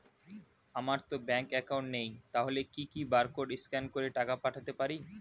আমারতো bank account নেই তাহলে কি কি বারকোড স্ক্যান করে টাকা পাঠাতে পারি?